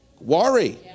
Worry